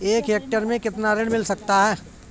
एक हेक्टेयर में कितना ऋण मिल सकता है?